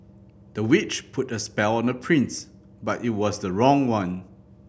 the witch put a spell on the prince but it was the wrong one